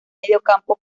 mediocampo